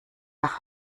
nach